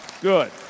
good